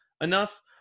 enough